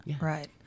Right